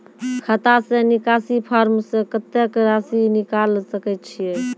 खाता से निकासी फॉर्म से कत्तेक रासि निकाल सकै छिये?